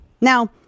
Now